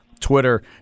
Twitter